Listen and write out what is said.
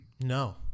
No